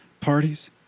parties